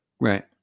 right